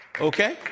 Okay